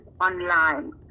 online